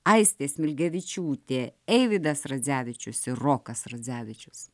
aistė smilgevičiūtė eivydas radzevičius ir rokas radzevičius